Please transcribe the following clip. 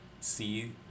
See